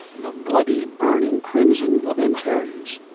the bloody burning crimson of antares,